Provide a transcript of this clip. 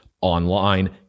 online